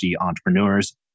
entrepreneurs